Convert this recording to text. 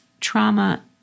trauma